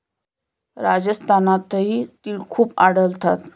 राजस्थानातही तिळ खूप आढळतात